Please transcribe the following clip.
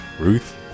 Ruth